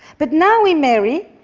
but now we marry,